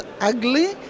ugly